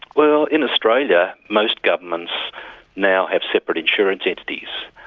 well in australia, most governments now have separate insurance entities.